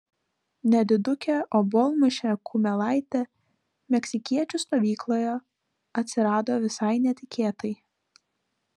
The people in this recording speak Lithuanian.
nedidukė obuolmušė kumelaitė meksikiečių stovykloje atsirado visai netikėtai